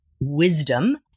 wisdom